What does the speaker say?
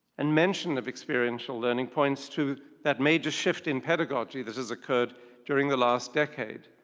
and mention of experiential learning points to that major shift in pedagogy that has occurred during the last decade.